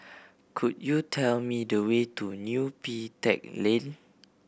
could you tell me the way to Neo Pee Teck Lane